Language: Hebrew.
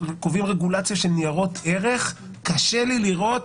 שקובעים רגולציה של ניירות ערך וקשה לי לראות